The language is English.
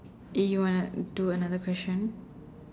eh you wanna do another question